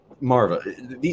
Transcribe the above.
Marva